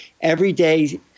everyday